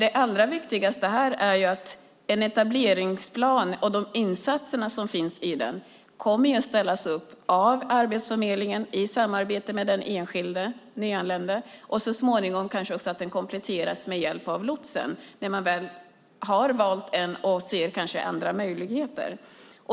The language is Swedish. Det allra viktigaste här är dock att en etableringsplan och de insatser som finns i den kommer att ställas upp av Arbetsförmedlingen i samarbete med den enskilde nyanlände och att den kanske så småningom kompletteras med hjälp av lotsen när man väl har valt en och kanske ser andra möjligheter.